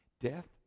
Death